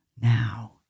Now